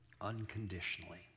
unconditionally